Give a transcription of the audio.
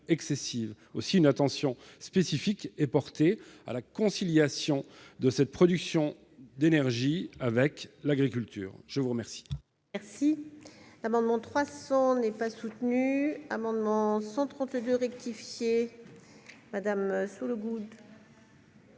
une attention spécifique est portée à la conciliation de cette production d'énergie avec l'agriculture. L'amendement